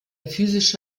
physische